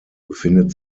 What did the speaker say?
befindet